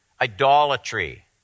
idolatry